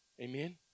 Amen